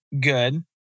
good